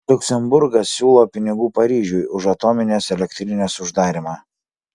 liuksemburgas siūlo pinigų paryžiui už atominės elektrinės uždarymą